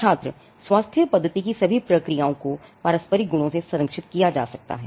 छात्र स्वास्थ्य पद्धति की सभी प्रक्रियाओं को पारस्परिक गुणों से संरक्षित किया जा सकता है